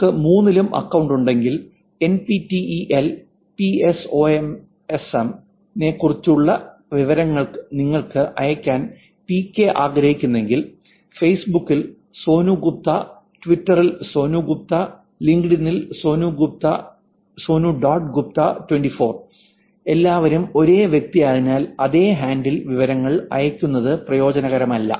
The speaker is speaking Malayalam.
നിങ്ങൾക്ക് 3 ലും അക്കൌണ്ട് ഉണ്ടെങ്കിൽ N P T E L ൽ പിഎസ്ഒഎസ്എം നെക്കുറിച്ചുള്ള വിവരങ്ങൾ നിങ്ങൾക്ക് അയയ്ക്കാൻ പികെ ആഗ്രഹിക്കുന്നുവെങ്കിൽ ഫേസ്ബുക്കിൽ സോനു ഗുപ്ത ട്വിറ്ററിൽ സോനു ഗുപ്ത ലിങ്ക്ഡ്ഇനിൽ സോനു ഡോട്ട് ഗുപ്ത 24 എല്ലാവരും ഒരേ വ്യക്തിയായതിനാൽ അതേ ഹാൻഡിൽ വിവരങ്ങൾ അയയ്ക്കുന്നത് പ്രയോജനകരമല്ല